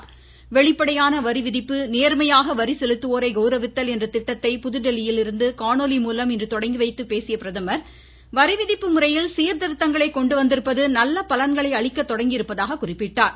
வெளிப்படையான வரி விதிப்பு நேர்மையாக வரி செலுத்துவோரை கவுரவித்தல் என்ற திட்டத்தை புதுதில்லியில் காணொலி மூலம் தொடங்கி வைத்து பேசிய பிரதமர் வரி விதிப்பு முறையில் சீர்திருத்தங்களை கொண்டுவந்திருப்பது நல்ல பலன்களை அளிக்க தொடங்கியிருப்பதாக குறிப்பிட்டார்